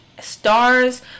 stars